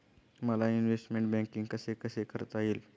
मला investment banking कसे कसे करता येईल?